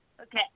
Okay